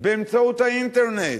באמצעות האינטרנט,